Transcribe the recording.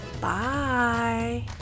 Bye